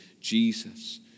Jesus